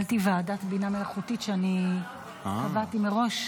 ניהלתי ועדת בינה מלאכותית שאני קבעתי מראש.